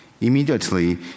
Immediately